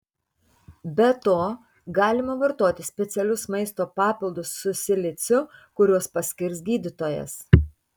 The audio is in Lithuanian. be to galima vartoti specialius maisto papildus su siliciu kuriuos paskirs gydytojas